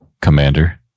commander